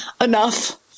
enough